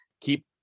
keep